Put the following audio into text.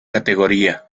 categoría